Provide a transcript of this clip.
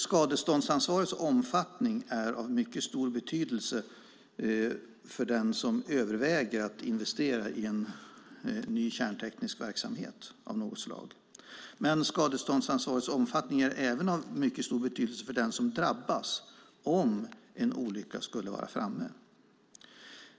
Skadeståndsansvarets omfattning är av mycket stor betydelse för den som överväger att investera i ny kärnteknisk verksamhet av något slag. Men skadeståndsansvarets omfattning är även av stor betydelse för den som drabbas om en olycka skulle vara framme.